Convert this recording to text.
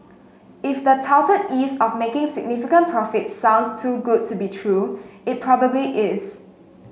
if the touted ease of making significant profits sounds too good to be true it probably is